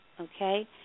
okay